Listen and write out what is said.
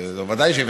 ודאי,